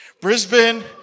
Brisbane